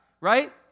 Right